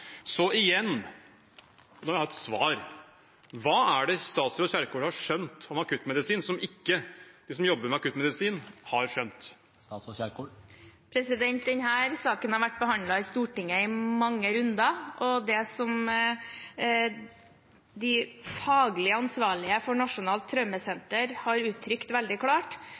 Så igjen – og da vil jeg ha et svar: Hva er det statsråd Kjerkol har skjønt om akuttmedisin, som de som jobber med akuttmedisin, ikke har skjønt? Denne saken har vært behandlet i Stortinget i mange runder, og det som de faglig ansvarlige for nasjonalt traumesenter har uttrykt veldig klart,